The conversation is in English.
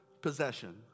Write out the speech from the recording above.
possession